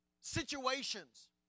situations